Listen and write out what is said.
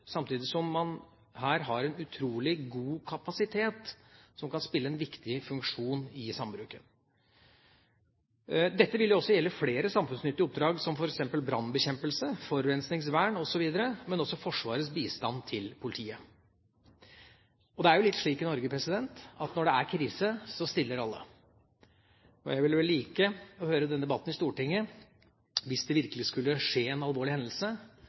samtidig som man her har en utrolig god kapasitet som kan spille en viktig funksjon i sambruken. Dette vil også gjelde flere samfunnsnyttige oppdrag, som f.eks. brannbekjempelse, forurensningsvern osv., men også Forsvarets bistand til politiet. Det er jo slik i Norge at når det er krise, så stiller alle. Jeg skulle like å høre debatten i Stortinget hvis det virkelig skulle skje en alvorlig hendelse,